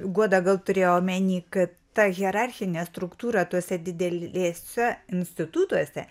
guoda gal turėjo omeny kad ta hierarchinė struktūra tose didelėse institutuose